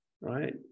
right